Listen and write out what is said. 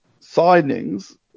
signings